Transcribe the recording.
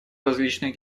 различных